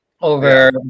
over